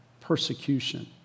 persecution